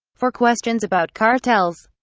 for questions about cartels,